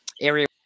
area